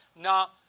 Now